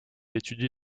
étudie